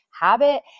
habit